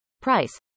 Price